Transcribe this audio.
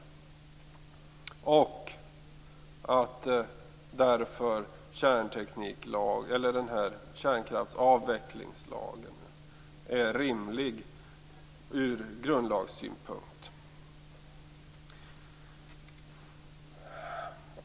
Därför är kärnkraftsavvecklingslagen rimlig ur grundlagssynpunkt.